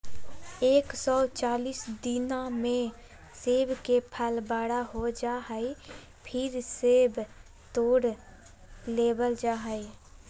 एक सौ चालीस दिना मे सेब के फल बड़ा हो जा हय, फेर सेब तोड़ लेबल जा हय